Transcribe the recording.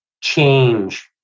change